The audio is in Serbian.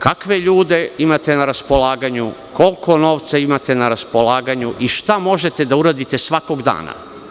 Prva je – kakve ljude imate na raspolaganju, koliko novca imate na raspolaganju i šta možete da uradite svakog dana.